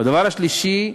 והדבר השלישי,